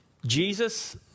Jesus